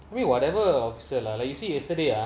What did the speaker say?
whatever officer lah like you say yesterday ah